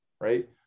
right